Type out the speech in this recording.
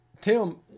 Tim